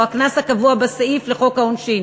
או הקנס הקבוע בסעיף בחוק העונשין.